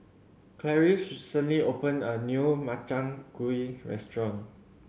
Clarice recently open a new Makchang Gui restaurant